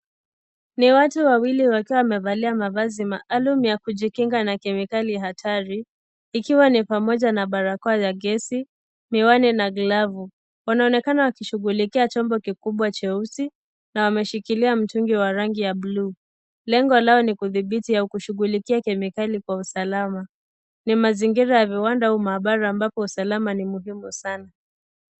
Ni watu wawili wakiwa wamevalia mavazi maalum ya kujikinga na kemikali hatari, ikiwa ni pamoja na barakoa ya gesi, miwani na glavu. Wanaonekana wakishughulikia chombo kikubwa jeusi na wameshikilia mtungi wa rangi ya bluu. Lengo lao ni kudhibithi au kushughulikia kemikali kwa usalama. Ni mazingira wa viwanda au maabara ambapo usalama ni muhimu sana.